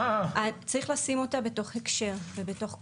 צריך לשים אותה בתוך הקשר ובתוך קונטקסט.